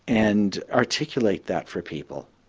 and articulate that for people.